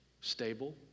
stable